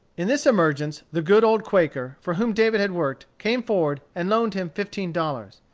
in this emergence the good old quaker, for whom david had worked, came forward, and loaned him fifteen dollars.